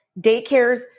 Daycares